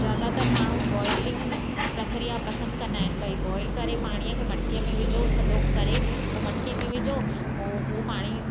ज़्यादातर माण्हू बॉइलिंग प्रक्रिया पसंदि कंदा आहिनि भई बॉइल करे पाणीअ खे मटकीअ में विझो थधो करे पोइ मटकीअ में विझो पोइ उहो पाणी